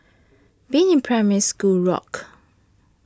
being in Primary School rocked